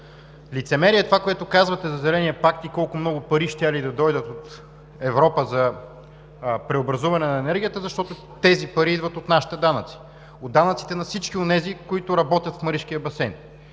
Лицемерие е това, което казвате, за Зеленият пакт и колко много пари щели да дойдат от Европа за преобразуване на енергията, защото тези пари идват от нашите данъци, от данъците на всички онези, които работят в Маришкия басейн.